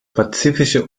pazifische